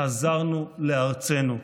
חזרנו לארצנו,